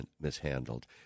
mishandled